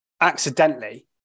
accidentally